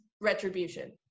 Retribution